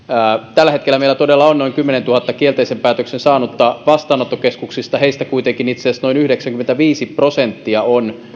tällä hetkellä meillä todella on noin kymmenentuhannen kielteisen päätöksen saanutta vastaanottokeskuksissa heistä kuitenkin itse asiassa noin yhdeksänkymmentäviisi prosenttia on